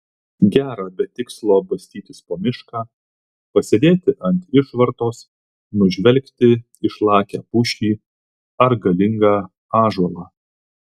gera be tikslo bastytis po mišką pasėdėti ant išvartos nužvelgti išlakią pušį ar galingą ąžuolą